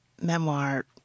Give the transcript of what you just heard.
memoir